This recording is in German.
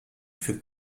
für